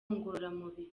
ngororamubiri